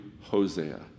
Hosea